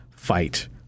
fight